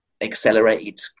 accelerated